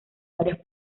varios